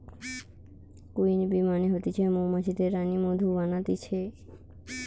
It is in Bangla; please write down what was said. কুইন বী মানে হতিছে মৌমাছিদের রানী মধু বানাতিছে